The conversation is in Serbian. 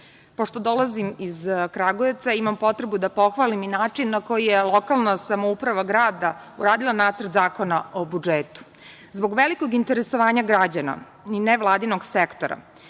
dolazim iz Kragujevca ima potrebu da pohvalim i način na koji je lokalna samouprava grada uradila Nacrt zakona o budžetu. Zbog velikog interesovanja građana i nevladinog sektora